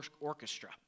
Orchestra